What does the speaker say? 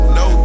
no